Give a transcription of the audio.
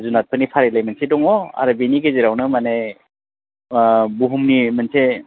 जुनारफोरनि फारिलाय मोनसे दङ आरो बिनि गेजेरावनो माने ओ भुहुमनि मोनसे